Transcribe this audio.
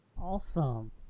Awesome